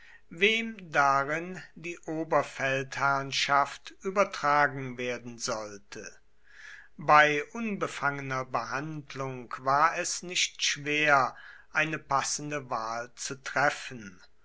wem darin die oberfeldherrnschaft übertragen werden sollte bei unbefangener behandlung war es nicht schwer eine passende wahl zu treffen